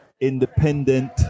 independent